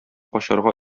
качарга